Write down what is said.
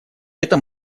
этом